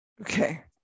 Okay